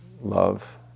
love